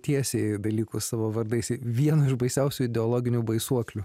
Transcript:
tiesiai dalykus savo vardais vieno iš baisiausių ideologinių baisuoklių